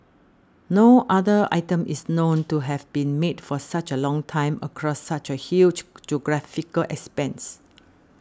no other item is known to have been made for such a long time across such a huge geographical expanse